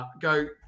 go